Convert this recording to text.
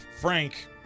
Frank